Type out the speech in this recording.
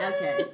Okay